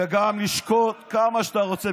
וגם לשקול כמה שאתה רוצה.